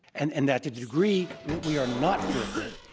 and and that the degree that we are not fearful,